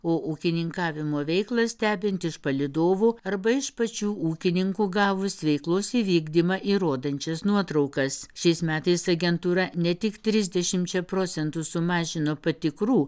o ūkininkavimo veiklą stebint iš palydovų arba iš pačių ūkininkų gavus veiklos įvykdymą įrodančias nuotraukas šiais metais agentūra ne tik trisdešimčia procentų sumažino patikrų